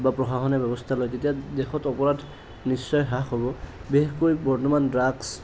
বা প্ৰশাসনে ব্যৱস্থা লয় তেতিয়া দেশত অপৰাধ নিশ্চয় হ্ৰাস হ'ব বিশেষকৈ বৰ্তমান ড্ৰাগছ